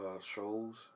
shows